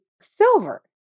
silver